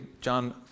John